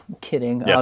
kidding